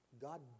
God